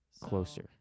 Closer